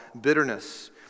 bitterness